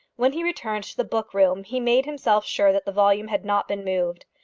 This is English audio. when he returned to the book-room, he made himself sure that the volume had not been moved.